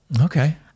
Okay